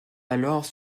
alors